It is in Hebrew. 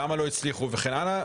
למה לא הצליחו וכן הלאה,